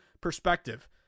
perspective